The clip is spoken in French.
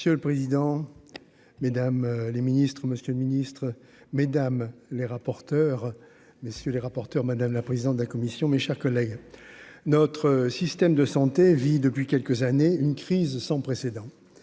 Monsieur le président, Mesdames les Ministres Monsieur le Ministre Mesdames les rapporteurs, messieurs les rapporteurs, madame la présidente de la commission, mes chers collègues, notre système de santé vit depuis quelques années une crise sans précédent